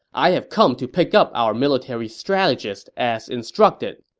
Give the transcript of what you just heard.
i have come to pick up our military strategist as instructed.